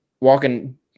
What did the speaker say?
walking